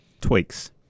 tweaks